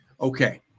Okay